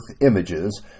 images